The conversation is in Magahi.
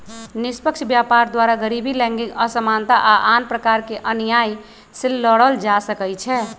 निष्पक्ष व्यापार द्वारा गरीबी, लैंगिक असमानता आऽ आन प्रकार के अनिआइ से लड़ल जा सकइ छै